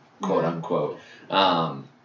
quote-unquote